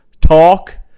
talk